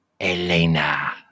Elena